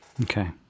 Okay